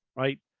right.